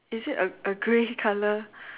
is it a a grey color